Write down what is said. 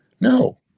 No